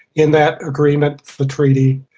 in that agreement, the treaty,